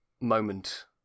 moment